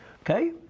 Okay